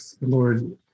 Lord